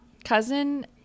cousin